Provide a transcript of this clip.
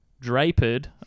draped